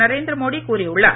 நரேந்திர மோடி கூறியுள்ளார்